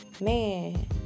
Man